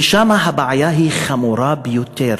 ושם הבעיה היא חמורה ביותר,